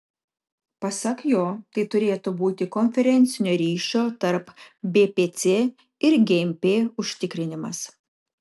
pasak jo tai turėtų būti konferencinio ryšio tarp bpc ir gmp užtikrinimas